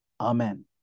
amen